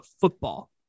football